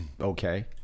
okay